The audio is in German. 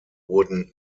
wurden